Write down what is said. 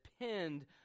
depend